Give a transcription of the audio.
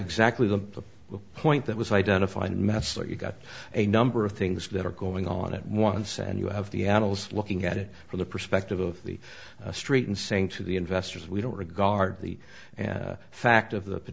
exactly the point that was identified metzler you've got a number of things that are going on at once and you have the annals looking at it from the perspective of the street and saying to the investors we don't regard the fact of the